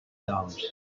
dollars